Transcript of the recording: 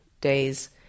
days